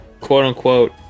quote-unquote